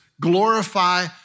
glorify